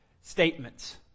statements